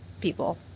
people